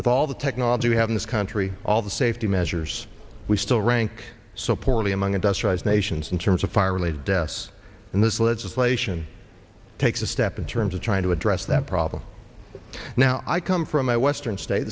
with all the technology we have in this country all the safety measures we still rank so poorly among industrialized nations in terms of fire related deaths and this legislation takes a step in terms of trying to address that problem now i come from my western state